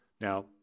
Now